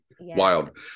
Wild